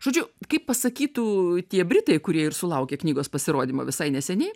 žodžiu kaip pasakytų tie britai kurie ir sulaukė knygos pasirodymo visai neseniai